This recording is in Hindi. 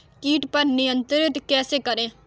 कीट पर नियंत्रण कैसे करें?